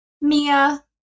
Mia